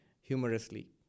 humorously